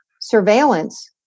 surveillance